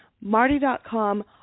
Marty.com